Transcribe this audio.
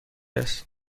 است